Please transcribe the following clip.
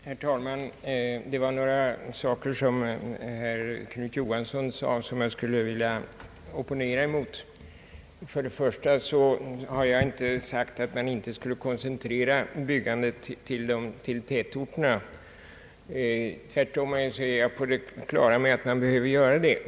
Herr talman! Jag skulle vilja opponera mot några punkter i herr Knut Johanssons anförande. Jag har inte sagt att man inte skall koncentrera byggandet till tätorterna. Tvärtom är jag på det klara med att man behöver göra det.